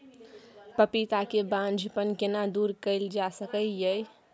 पपीता के बांझपन केना दूर कैल जा सकै ये?